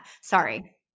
sorry